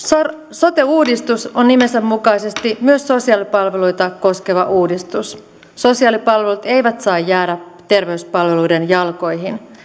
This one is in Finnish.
sote uudistus on nimensä mukaisesti myös sosiaalipalveluita koskeva uudistus sosiaalipalvelut eivät saa jäädä terveyspalveluiden jalkoihin